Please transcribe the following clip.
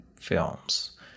films